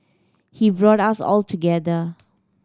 he brought us all together